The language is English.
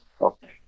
Okay